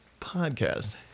podcast